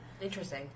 Interesting